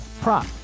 prop